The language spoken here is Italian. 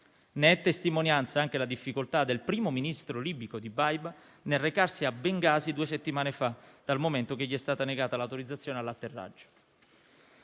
Ne è testimonianza anche la difficoltà del primo ministro libico Dbeibeh nel recarsi a Bengasi, due settimane fa, dal momento che gli è stata negata l'autorizzazione all'atterraggio.